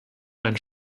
einen